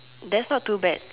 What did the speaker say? that's not too bad